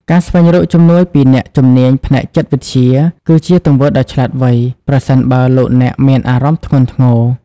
ការស្វែងរកជំនួយពីអ្នកជំនាញផ្នែកចិត្តវិទ្យា គឺជាទង្វើដ៏ឆ្លាតវៃប្រសិនបើលោកអ្នកមានអារម្មណ៍ធ្ងន់ធ្ងរ។